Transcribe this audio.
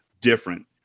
different